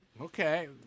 Okay